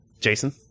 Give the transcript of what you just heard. jason